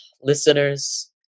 listeners